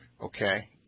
Okay